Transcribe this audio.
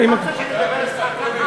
כן, אם, אתה רוצה שאני אדבר אתך ככה?